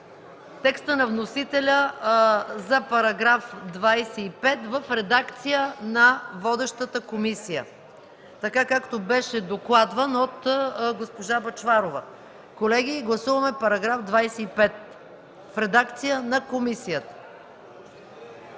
текста на вносителя за § 25 в редакцията на водещата комисия, както беше докладван от госпожа Бъчварова. Колеги, гласуваме § 25 в редакцията на комисията.